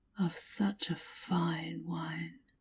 of such a fine wine.